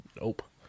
Nope